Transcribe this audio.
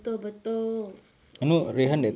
betul betuls okay lah